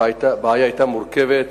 כשהבעיה היתה מורכבת,